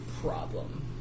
Problem